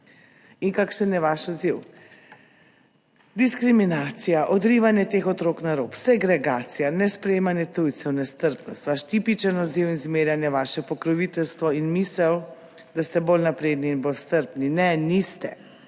In kakšen je vaš odziv? Diskriminacija, odrivanje teh otrok na rob, segregacija, nesprejemanje tujcev, nestrpnost. Vaš tipičen odziv in zmerjanje, vaše pokroviteljstvo in misel, da ste bolj napredni in bolj strpni. Ne, niste!